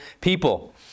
people